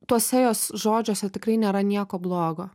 tuose jos žodžiuose tikrai nėra nieko blogo